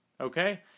Okay